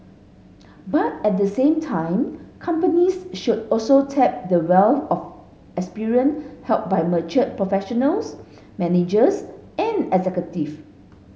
but at the same time companies should also tap the wealth of experience held by mature professionals managers and executive